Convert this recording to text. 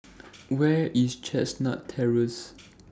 Where IS Chestnut Terrace